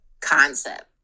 concept